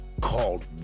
Called